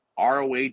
ROH